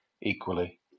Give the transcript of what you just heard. equally